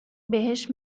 بهش